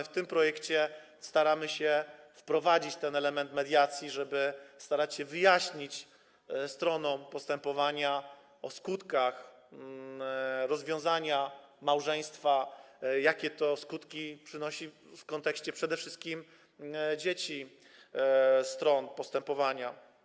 W tym projekcie staramy się wprowadzić element mediacji, żeby w ich trakcie starać się wyjaśnić stronom postępowania, jakie są skutki rozwiązania małżeństwa, jakie to skutki przynosi w kontekście przede wszystkim dzieci stron postępowania.